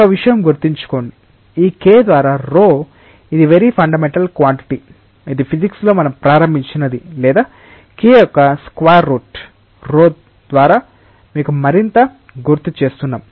ఒక విషయం గుర్తుంచుకో ఈ K ద్వారా rho ఇది వెరీ ఫండమెంటల్ క్వాంటిటీ ఇది ఫిజిక్స్ లో మనం ప్రారంభించినది లేదా K యొక్క స్క్వేర్ రూట్ rho ద్వారా మీకు మరింత గుర్తుచేస్తే